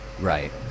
right